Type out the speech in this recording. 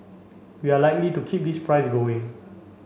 we are likely to keep this price going